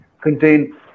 contain